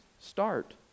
start